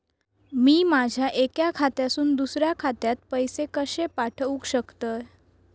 मी माझ्या एक्या खात्यासून दुसऱ्या खात्यात पैसे कशे पाठउक शकतय?